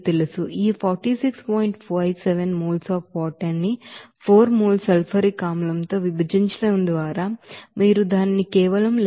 57 mole of water ని 4 moles sulphuric ಆಸಿಡ್తో విభజించడం ద్వారా మీరు దానిని కేవలం 11